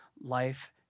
life